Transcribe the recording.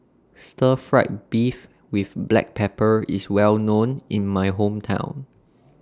Stir Fried Beef with Black Pepper IS Well known in My Hometown